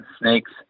snakes